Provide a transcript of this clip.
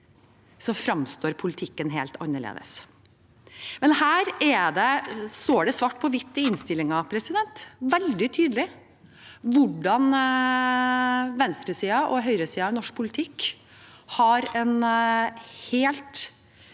fremstår politikken helt annerledes. Her står det svart på hvitt i innstillingen, veldig tydelig, hvordan venstresiden og høyresiden i norsk politikk har helt